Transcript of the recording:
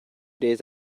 days